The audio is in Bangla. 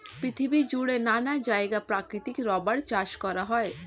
পৃথিবী জুড়ে নানা জায়গায় প্রাকৃতিক রাবার চাষ করা হয়